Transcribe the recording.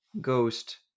ghost